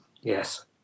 Yes